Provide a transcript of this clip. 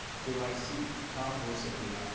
KYC का हो के ला?